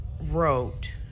wrote